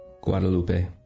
guadalupe